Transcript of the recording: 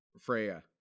freya